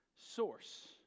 source